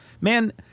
Man